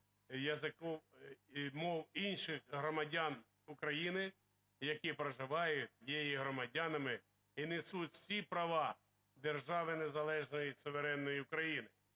язиков … мов інших громадян України, які проживають і є громадянами і несуть всі права держави – незалежної суверенної України.